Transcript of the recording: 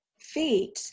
feet